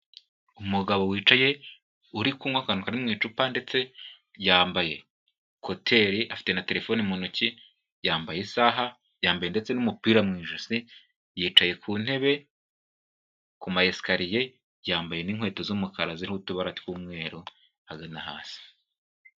Umugabo wicaye uri kunywa akantu kari mu icupa ndetse yambaye koteri afite na telefoni mu ntoki, yambaye isaha yambaye ndetse n'umupira mu ijosi, yicaye ku ntebe ku ma esikariye yambaye n'inkweto z'umukara ziriho utubara tw'umweru ahagana hasi.